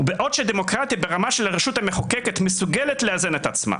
בעוד שדמוקרטיה ברמה של הרשות המחוקקת מסוגלת לאזן את עצמה,